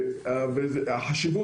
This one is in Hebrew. כפי